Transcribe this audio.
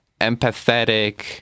empathetic